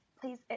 please